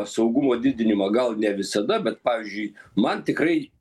saugumo didinimą gal ne visada bet pavyzdžiui man tikrai